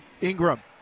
Ingram